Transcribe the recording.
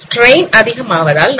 strain அதிகமாவதால்